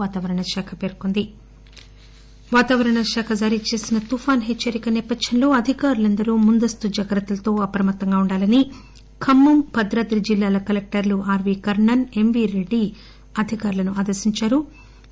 తుపాను ఖమ్మం వాతావరణ శాఖ జారీ చేసిన తుపాన్ హెచ్చరిక నేపధ్చంలో అధికారుందరూ ముందస్తు జాగ్రత్తలతో అప్రమత్తంగా ఉండాలని ఖమ్మం భద్రాద్రి జిల్లాల కలెక్టర్లు ఆర్వీ కర్ణస్ ఎంవీ రెడ్డి అధికారులను ఆదేశించారు